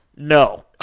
No